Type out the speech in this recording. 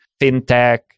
fintech